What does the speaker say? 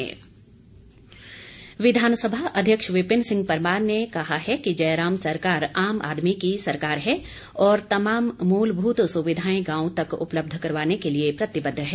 विपिन परमार विधानसभा अध्यक्ष विपिन सिंह परमार ने कहा कि जयराम सरकार आम आदमी की सरकार है और तमाम मूलभूत सुविधाएं गांव तक उपलब्ध करवाने के लिए प्रतिबद्ध है